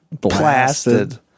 blasted